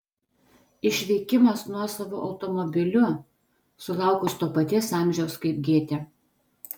išvykimas nuosavu automobiliu sulaukus to paties amžiaus kaip gėtė